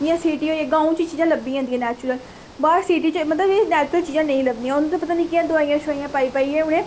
जि'यां सिटी होई गांओं च चीजां लब्भी जंदियां नेचुरल बाहर सिटी च मतलब एह् नेचुरल चीजां नेईं लभदियां उं'दे ई पता निं केह् दोआइयां छोआइयां पाई पाइये उ'नें